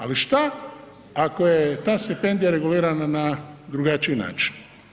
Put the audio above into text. Ali šta ako je ta stipendija regulirana na drugačiji način?